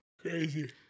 crazy